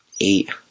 eight